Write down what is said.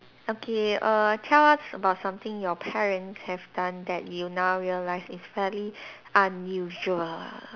okay err tell us about something that your parents have done that you now realise is very unusual